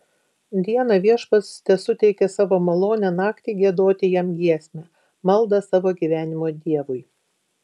dieną viešpats tesuteikia savo malonę naktį giedoti jam giesmę maldą savo gyvenimo dievui